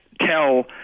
tell